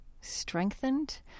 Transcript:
strengthened